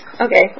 Okay